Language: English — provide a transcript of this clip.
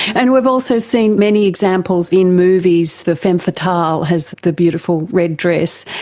and we've also seen many examples in movies, the femme fatale has the beautiful red dress.